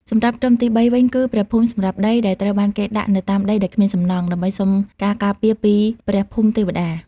សម្រាប់ក្រុមទីបីវិញគឺ ព្រះភូមិសម្រាប់ដី ដែលត្រូវបានគេដាក់នៅតាមដីដែលគ្មានសំណង់ ដើម្បីសុំការការពារពីព្រះភូមិទេវតា។